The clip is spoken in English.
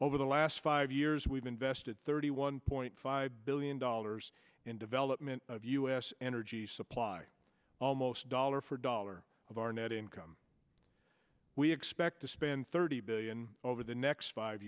over the last five years we've invested thirty one point five billion dollars in development of u s energy supply almost dollar for dollar of our net income we expect to spend thirty billion over the next five